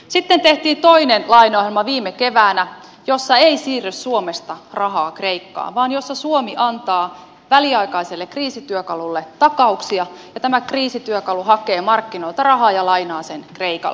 sitten tehtiin viime keväänä toinen lainaohjelma jossa ei siirry suomesta rahaa kreikkaan vaan jossa suomi antaa väliaikaiselle kriisityökalulle takauksia ja tämä kriisityökalu hakee markkinoilta rahaa ja lainaa sen kreikalle